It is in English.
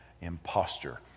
imposter